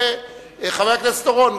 חבר הכנסת אורון,